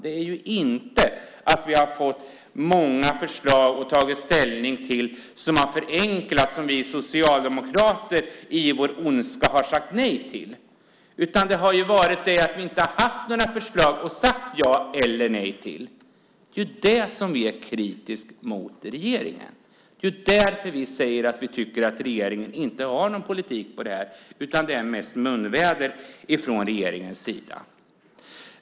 Det är inte så att vi har fått många förslag som förenklar att ta ställning till och som vi socialdemokrater i vår ondska har sagt nej till. Det har i stället varit så att vi inte har haft några förslag att säga vare sig ja eller nej till. Det är därför vi är kritiska mot regeringen. Det är därför vi tycker att regeringen inte har någon politik på det här området utan att det mest är munväder.